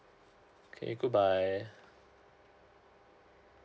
okay good bye